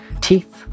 teeth